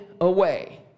away